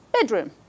bedroom